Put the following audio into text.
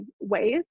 ways